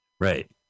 Right